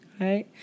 right